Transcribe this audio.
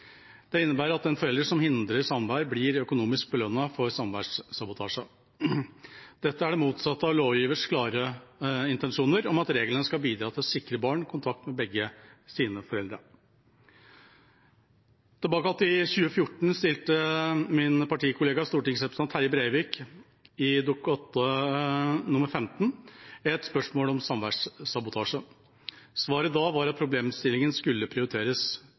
Det innebærer at den forelder som hindrer samvær, blir økonomisk belønnet for samværssabotasje. Dette er det motsatte av lovgivers klare intensjoner om at reglene skal bidra til å sikre barn kontakt med begge sine foreldre. Tilbake i 2014 stilte min partikollega stortingsrepresentant Terje Breivik i Dokument 15:299 et spørsmål om samværssabotasje. Svaret da var at problemstillingen skulle prioriteres.